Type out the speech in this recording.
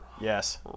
Yes